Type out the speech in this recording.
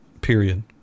period